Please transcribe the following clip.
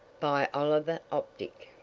by oliver optic,